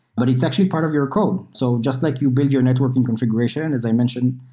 but it's actually part of your code. so just like you build your networking configuration, as i mentioned,